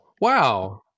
wow